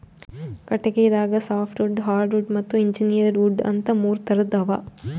ಕಟಗಿದಾಗ softwood hardwood ಮತ್ತ್ engineered wood ಅಂತಾ ಮೂರ್ ಥರದ್ ಅವಾ